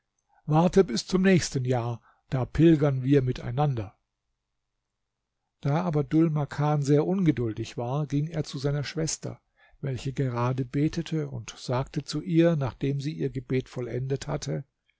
warte bis zum nächsten jahr da pilgern wir miteinander da aber dhul makan sehr ungeduldig war ging er zu seiner schwester welche gerade betete und sagte zu ihr nachdem sie ihr gebet vollendet hatte